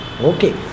Okay